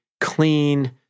clean